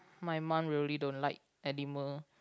my mum really don't like animal